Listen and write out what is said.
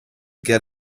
get